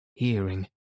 hearing